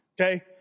Okay